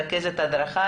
רכזת הדרכה,